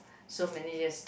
so many years